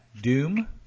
Doom